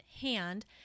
hand